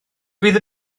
fydd